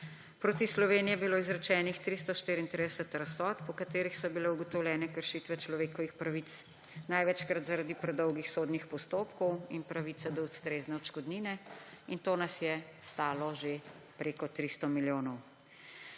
Proti Sloveniji je bilo izrečenih 334 razsodb, v katerih so bile ugotovljene kršitve človekovih pravic, največkrat zaradi predolgih sodnih postopkov in pravice do ustrezne odškodnine, in to nas je stalo že preko 300 milijonov.